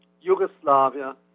Yugoslavia